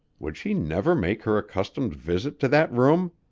would she never make her accustomed visit to that room?